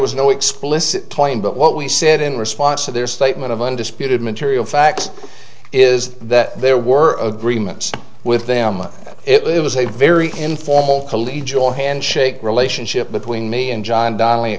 was no explicit claim but what we said in response to their statement of undisputed material facts is that there were agreements with them it was a very informal collegial handshake relationship between me and john donnell